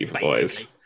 boys